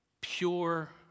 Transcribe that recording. pure